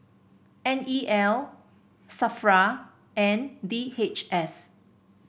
N E L Safra and D H S